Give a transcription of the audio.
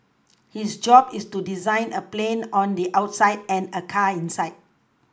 his job is to design a plane on the outside and a car inside